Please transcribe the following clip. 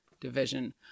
Division